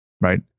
right